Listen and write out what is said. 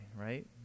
right